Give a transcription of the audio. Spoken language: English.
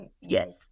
yes